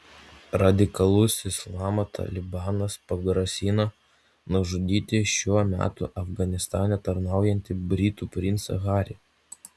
radikalus islamo talibanas pagrasino nužudyti šiuo metu afganistane tarnaujantį britų princą harį